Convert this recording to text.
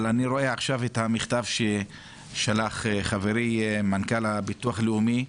אני רואה עכשיו את המכתב ששלח חברי מנכ"ל הביטוח הלאומי.